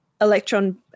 electron